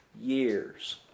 years